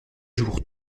jours